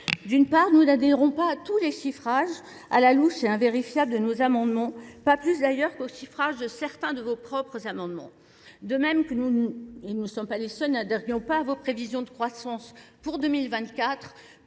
D'une part, nous n'adhérons pas à tous les chiffrages à la louche et invérifiables de nos amendements, pas plus d'ailleurs qu'au chiffrage de certains de vos propres amendements. De même que nous n'adhérions pas à vos prévisions de croissance pour 2024,